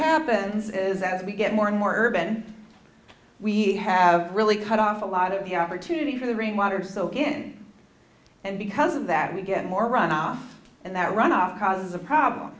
happens is as we get more and more urban we have really cut off a lot of the opportunity for the rainwater so again and because of that we get more runoff and that runoff causes a problem